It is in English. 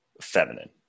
feminine